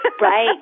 Right